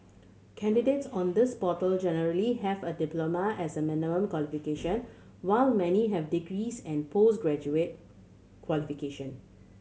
candidates on this portal generally have a diploma as a minimum qualification while many have degrees and post graduate qualification